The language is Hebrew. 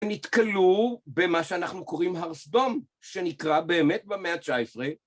נתקלו במה שאנחנו קוראים הר סדום שנקרא באמת במאה ה-19